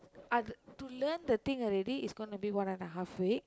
ath~ to learn the thing already is gonna be one and a half week